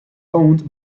owned